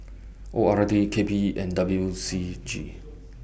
O R D K P E and W C G